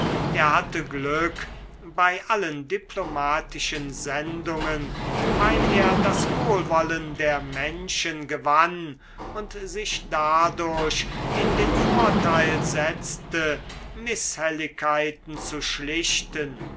er hatte glück bei allen diplomatischen sendungen weil er das wohlwollen der menschen gewann und sich dadurch in den vorteil setzte mißhelligkeiten zu schlichten